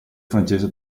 francese